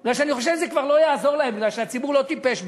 כי אני חושב שזה לא יעזור להם, כי הציבור בישראל